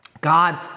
God